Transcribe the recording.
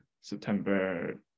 september